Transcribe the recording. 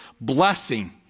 blessing